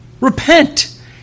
repent